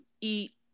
eat